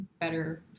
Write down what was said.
better